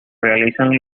realizan